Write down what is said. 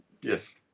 Yes